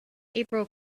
april